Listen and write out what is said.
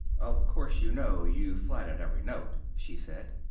of course you know you flatted every note, she said.